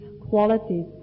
qualities